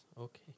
Okay